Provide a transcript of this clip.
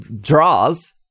draws